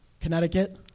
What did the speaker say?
Connecticut